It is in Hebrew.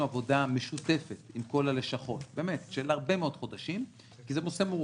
עבודה משותפת עם כל הלשכות של הרבה מאוד חודשים כי זה נושא מורכב.